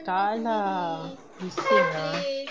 kalah bising ah